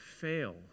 fail